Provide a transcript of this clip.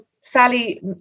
Sally